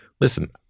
Listen